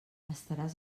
estaràs